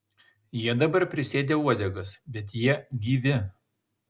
jie dabar prisėdę uodegas bet jie gyvi